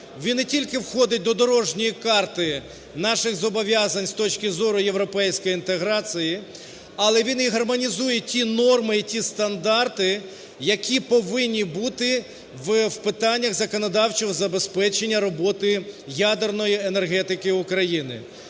він не тільки входить до дорожньої карти наших зобов'язань з точки зору європейської інтеграції, але він і гармонізує ті норми і ті стандарти, які повинні бути в питаннях законодавчого забезпечення роботи ядерної енергетики України.